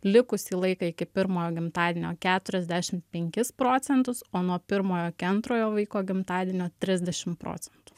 likusį laiką iki pirmojo gimtadienio keturiasdešimt penkis procentus o nuo pirmojo iki antrojo vaiko gimtadienio trisdešimt procentų